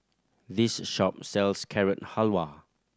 this shop sells Carrot Halwa